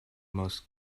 most